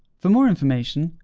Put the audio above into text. for more information,